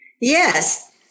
Yes